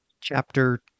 chapter